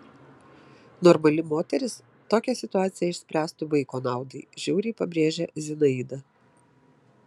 normali moteris tokią situaciją išspręstų vaiko naudai žiauriai pabrėžė zinaida